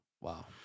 Wow